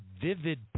vivid